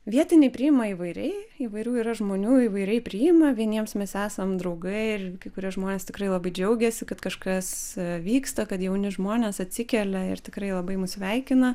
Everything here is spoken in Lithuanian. vietiniai priima įvairiai įvairių yra žmonių įvairiai priima vieniems mes esam draugai ir kai kurie žmonės tikrai labai džiaugėsi kad kažkas vyksta kad jauni žmonės atsikelia ir tikrai labai mus sveikina